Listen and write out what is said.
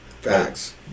Facts